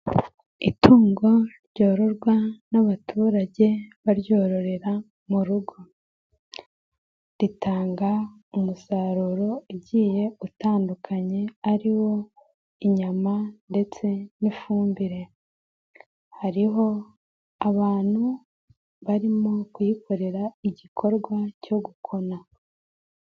Itungo ryororwa n'abaturage baryororera mu rugo. Ritanga umusaruro ugiye utandukanye ariwo inyama ndetse n'ifumbire. Hariho abantu barimo kuyikorera igikorwa cyo gukona.